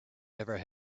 never